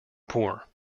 poor